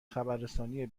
خبررسانی